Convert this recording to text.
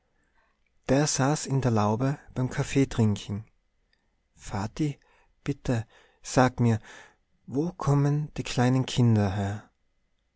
der saß in der laube beim kaffeetrinken vati bitte sag mir wo kommen die kleinen kinder her